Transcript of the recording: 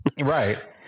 Right